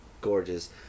gorgeous